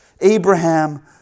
Abraham